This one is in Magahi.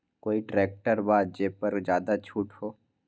कोइ ट्रैक्टर बा जे पर ज्यादा छूट हो?